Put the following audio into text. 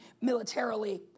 militarily